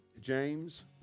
James